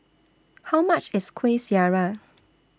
How much IS Kuih Syara